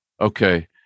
Okay